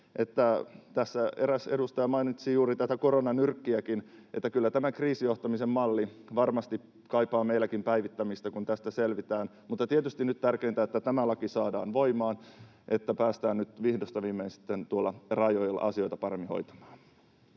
Eräs edustaja mainitsi juuri tämän koronanyrkinkin — kyllä tämä kriisijohtamisen malli varmasti kaipaa meilläkin päivittämistä, kun tästä selvitään. Mutta tietysti nyt tärkeintä on, että tämä laki saadaan voimaan, että päästään nyt vihdosta viimein tuolla rajoilla asioita paremmin hoitamaan.